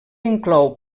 inclou